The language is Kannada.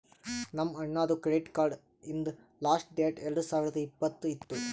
ನಮ್ ಅಣ್ಣಾದು ಕ್ರೆಡಿಟ್ ಕಾರ್ಡ ಹಿಂದ್ ಲಾಸ್ಟ್ ಡೇಟ್ ಎರಡು ಸಾವಿರದ್ ಇಪ್ಪತ್ತ್ ಇತ್ತು